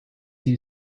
you